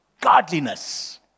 Godliness